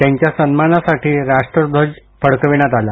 त्यांच्या सन्मानासाठी राष्ट्रध्वज फडकविण्यात आला